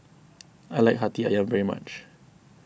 I like Hati Ayam very much